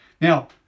Now